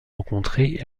rencontrées